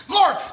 Lord